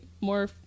more